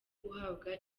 guhabwa